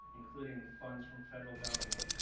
including funds from federal government.